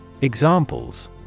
Examples